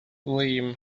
lemme